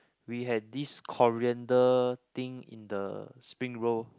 we had this coriander thing in the spring roll